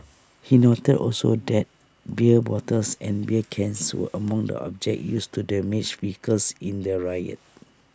he noted also that beer bottles and beer cans were among the objects used to damage vehicles in the riot